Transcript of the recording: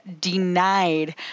denied